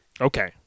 Okay